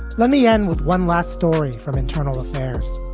let me end with one last story from internal affairs,